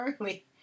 early